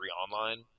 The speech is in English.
online